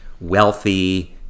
wealthy